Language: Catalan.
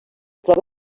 troba